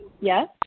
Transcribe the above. yes